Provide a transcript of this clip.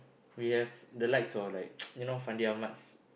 we have the lights or like you know Fandi Ahmad's